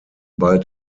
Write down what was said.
bald